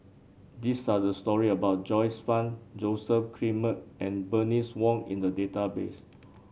these are the story about Joyce Fan Joseph Grimberg and Bernice Wong in the database